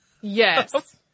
Yes